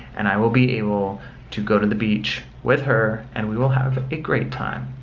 and i will be able to go to the beach with her, and we will have a great time.